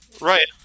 Right